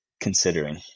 considering